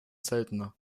seltener